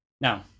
Now